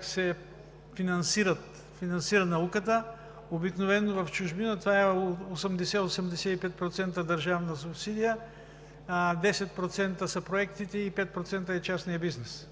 се финансира. Обикновено в чужбина това е 80 – 85% държавна субсидия, 10% са проектите и 5% е частният бизнес.